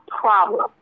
problem